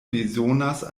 bezonas